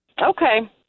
okay